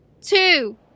two